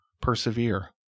persevere